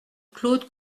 claude